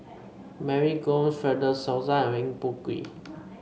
Mary Gomes Fred De Souza and Eng Boh Kee